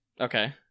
Okay